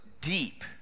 deep